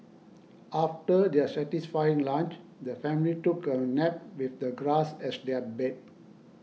after their satisfying lunch the family took a nap with the grass as their bed